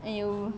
!aiyo!